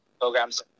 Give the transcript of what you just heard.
programs